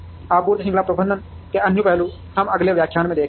आपूर्ति श्रृंखला प्रबंधन के अन्य पहलू हम अगले व्याख्यान में देखेंगे